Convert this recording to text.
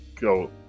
go